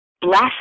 Bless